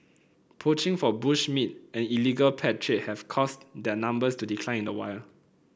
poaching for bush meat and illegal pet trade have caused their numbers to decline in the wild